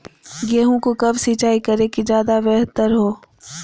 गेंहू को कब सिंचाई करे कि ज्यादा व्यहतर हो?